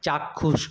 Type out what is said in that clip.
চাক্ষুষ